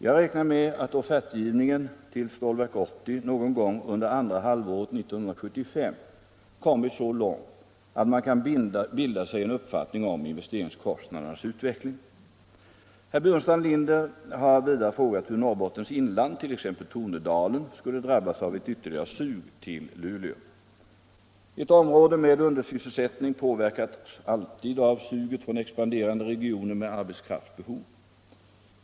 Jag räknar med att offertgivningen till Stålverk 80 någon gång under andra halvåret 1975 kommit så långt att man kan bilda sig en uppfattning om investeringskostnadernas utveckling. Herr Burenstam Linder har vidare frågat hur Norrbottens inland, t.ex. Tornedalen, skulle drabbas av ett ytterligare sug till Luleå. Ett område med undersysselsättning påverkas alltid av suget från ex panderande regioner med arbetskraftsbehov.